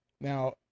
Now